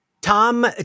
Tom